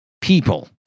people